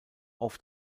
oft